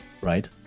right